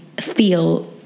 feel